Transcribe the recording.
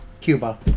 cuba